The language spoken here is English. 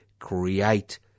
Create